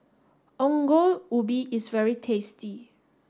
Ongol Ubi is very tasty